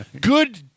Good